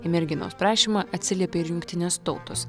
į merginos prašymą atsiliepė ir jungtinės tautos